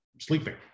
sleeping